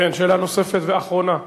שאלה נוספת ואחרונה,